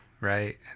Right